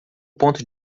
ponto